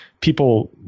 people